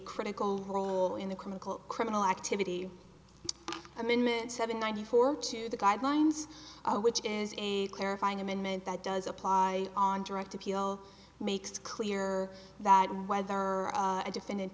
critical role in the clinical criminal activity amendment seven ninety four to the guidelines which is a clarifying amendment that does apply on direct appeal makes clear that whether or a defend